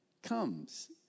comes